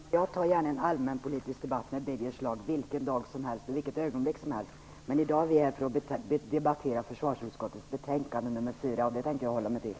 Herr talman! Jag tar gärna en allmänpolitisk debatt med Birger Schlaug vilken dag och vilket ögonblick som helst. Men i dag är vi här för att debattera försvarsutskottets betänkande nr 4, och det tänker jag hålla mig till.